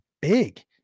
big